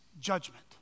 judgment